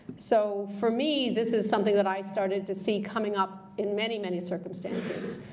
so, for me, this is something that i started to see coming up in many, many circumstances.